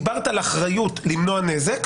את דיברת על אחריות למנוע נזק,